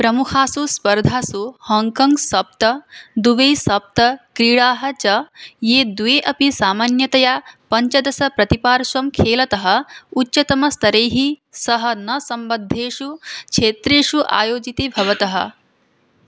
प्रमुखासु स्पर्धासु हाङ्गकाङ्ग् सप्त दुबै सप्त क्रीडाः च ये द्वे अपि सामान्यतया पञ्चदशप्रतिपार्श्वं खेलतु उच्चतमस्तरैः सह न सम्बद्धेषु क्षेत्रेषु आयोजिते भवतः